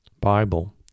Bible